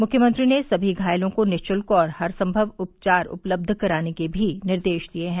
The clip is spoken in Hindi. मुख्यमंत्री ने सभी घायलों को निशुल्क और हरसंभव उपचार उपलब्ध कराने के भी निर्देश दिए हैं